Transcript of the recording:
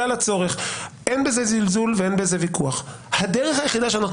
אין בזה זלזול ואין ויכוח הדרך היחידה שאנחנו